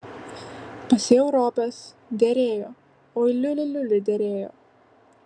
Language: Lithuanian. pasėjau ropes derėjo oi liuli liuli derėjo